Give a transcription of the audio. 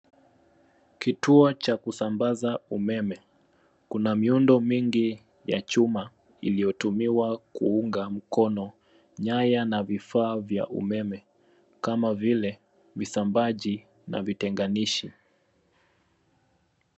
Kituo cha kusambaza umeme. Kuna miundo mingi ya chuma iliyotumiwa kuunga mkono nyaya na vifaa vya umeme; kama vile visambazaji na vitenganishi.